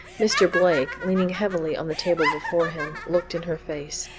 mr. blake leaning heavily on the table before him, looked in her face.